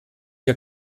wir